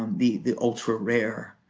um the the ultra-rare.